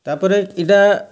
ତା'ପରେ ଇଟା